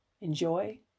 enjoy